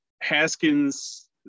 Haskins